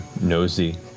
nosy